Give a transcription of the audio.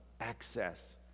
access